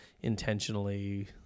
intentionally